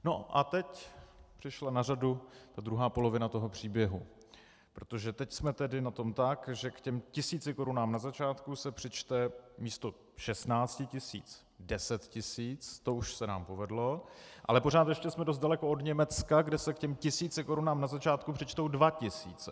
No a teď přišla na řadu ta druhá polovina příběhu, protože teď jsme tedy na tom tak, že k těm tisíci korunám na začátku se přičte místo 16 tisíc 10 tisíc, to už se nám povedlo, ale pořád ještě jsme dost daleko od Německa, kde se k těm tisíci korunám na začátku přičtou dva tisíce.